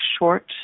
short